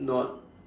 not